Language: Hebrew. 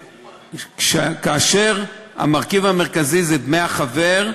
כאשר המרכיב המרכזי זה דמי החבר,